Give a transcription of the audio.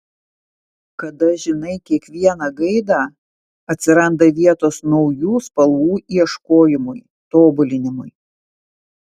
kada žinai kiekvieną gaidą atsiranda vietos naujų spalvų ieškojimui tobulinimui